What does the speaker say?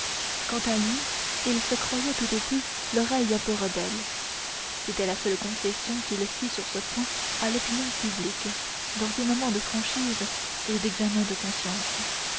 quant à lui il se croyait tout au plus l'oreille un peu rebelle c'était la seule concession qu'il fît sur ce point à l'opinion publique dans ses moments de franchise et d'examen de conscience